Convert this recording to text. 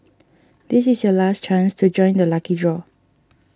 this is your last chance to join the lucky draw